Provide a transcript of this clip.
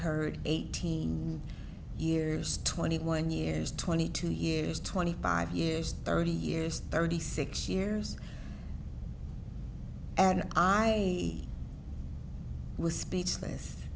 heard eighteen years twenty one years twenty two years twenty five years thirty years thirty six years and i was speechless